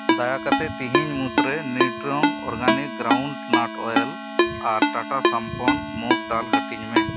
ᱫᱟᱭᱟ ᱠᱟᱛᱮᱫ ᱛᱮᱦᱮᱧ ᱢᱩᱫᱽᱨᱮ ᱱᱤᱭᱩᱴᱨᱳᱝ ᱳᱨᱜᱟᱱᱤᱠ ᱜᱨᱟᱣᱩᱱᱰᱱᱟᱴ ᱳᱭᱮᱞ ᱟᱨ ᱴᱟᱴᱟ ᱥᱟᱢᱯᱚᱱ ᱢᱩᱜᱰᱟᱞ ᱦᱟᱺᱴᱤᱧ ᱢᱮ